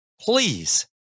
please